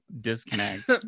disconnect